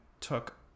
took